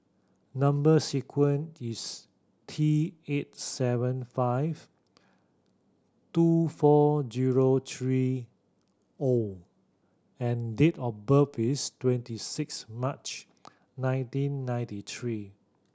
number sequence is T eight seven five two four zero three O and date of birth is twenty six March nineteen ninety three